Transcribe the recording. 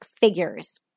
figures